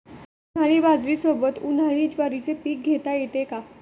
उन्हाळी बाजरीसोबत, उन्हाळी ज्वारीचे पीक घेता येते का?